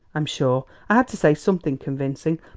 i'm sure, i had to say something convincing,